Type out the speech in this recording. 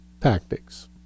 tactics